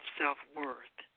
self-worth